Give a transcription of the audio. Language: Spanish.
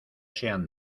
sean